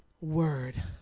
word